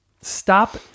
stop